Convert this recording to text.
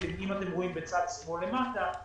אם אתם רואים בצד שמאל למטה,